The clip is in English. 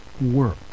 work